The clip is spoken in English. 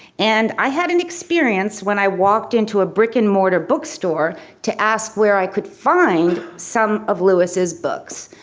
and i had an experience when i walked into a brick and mortar book store to ask where i could find some of lewis's books.